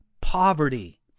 poverty